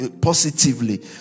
positively